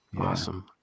Awesome